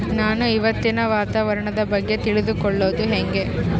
ನಾನು ಇವತ್ತಿನ ವಾತಾವರಣದ ಬಗ್ಗೆ ತಿಳಿದುಕೊಳ್ಳೋದು ಹೆಂಗೆ?